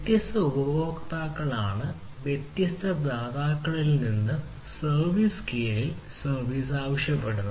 വ്യത്യസ്ത ഉപഭോക്താക്കളാണ് വ്യത്യസ്ത ദാതാക്കളിൽ നിന്ന് വ്യത്യസ്ത സ്കെയിലിൽ സർവീസ് ആവശ്യപ്പെടുന്നത്